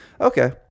Okay